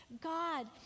God